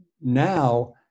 now